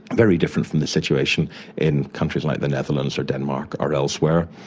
very different from the situation in countries like the netherlands or denmark or elsewhere.